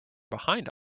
behind